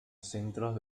centros